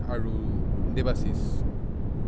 আৰু দেৱাশীষ